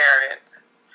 parents